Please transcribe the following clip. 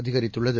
அதிகரித்துள்ளது